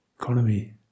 Economy